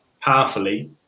powerfully